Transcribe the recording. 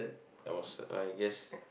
I was uh I guess